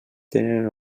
tenen